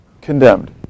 condemned